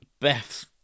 Beth